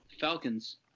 Falcons